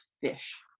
fish